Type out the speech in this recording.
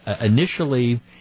initially